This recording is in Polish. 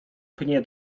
pnie